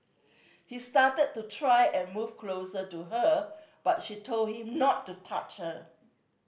he started to try and move closer to her but she told him not to touch her